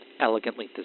elegantly